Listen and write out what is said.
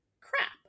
crap